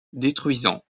détruisant